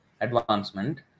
advancement